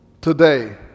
Today